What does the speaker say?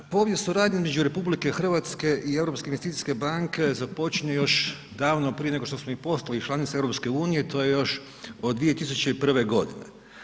Povijest suradnje između RH i Europske investicijske banke započinje još davno prije nego što smo i postali članica EU, to je još od 2001. godine.